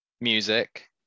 music